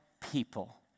people